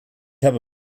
habe